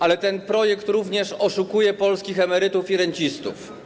Ale ten projekt również oszukuje polskich emerytów i rencistów.